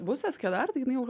bus eskedar taigi jinai jau